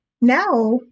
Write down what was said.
Now